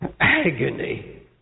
agony